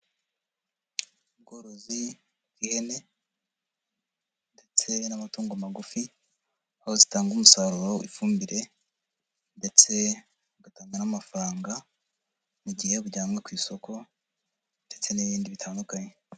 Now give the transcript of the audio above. Ubworozi bw'ihene ndetse n'amatungo magufi, aho zitanga umusaruro w'ifumbire ndetse zigatanga n'amafaranga mu gihe bujyanwe ku isoko ndetse n'ibindi bitandukanye.